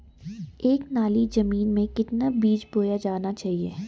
एक नाली जमीन में कितना बीज बोया जाना चाहिए?